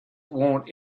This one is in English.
want